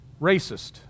racist